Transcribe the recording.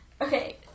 Okay